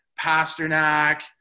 Pasternak